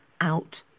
out